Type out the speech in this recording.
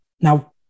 Now